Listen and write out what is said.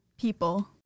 people